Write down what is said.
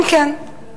כן, כן.